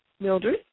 Mildred